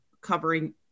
covering